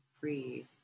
free